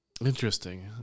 Interesting